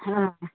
हँ